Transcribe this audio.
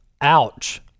ouch